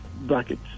bracket